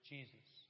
Jesus